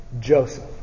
Joseph